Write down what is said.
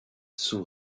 sous